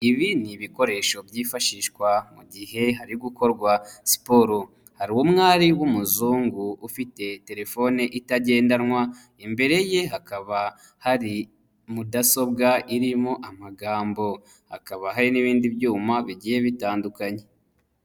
Ibi ni ibikoresho byifashishwa mu gihe hari gukorwa siporo. Hari umwari w'umuzungu ufite telefone itagendanwa, imbere ye hakaba hari mudasobwa irimo amagambo. Hakaba hari n'ibindi byuma bigiye bitandukanye.